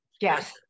yes